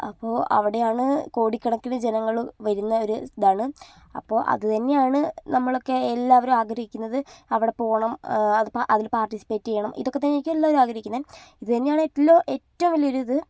അപ്പോൾ അവിടെയാണ് കോടിക്കണക്കിന് ജനങ്ങൾ വരുന്ന ഒരു ഇതാണ് അപ്പോൾ അതു തന്നെയാണ് നമ്മളൊക്കെ എല്ലാവരും ആഗ്രഹിക്കുന്നത് അവിടെ പോക ണം അത് അതിൽ പാർട്ടിസിപ്പേറ്റ് ചെയ്യണം ഇതൊക്കെ തന്നെയായിരിക്കും എല്ലാവരും ആഗ്രഹിക്കുന്നത് ഇതുതന്നെയാണ് ഏറ്റവും വലിയൊരിത്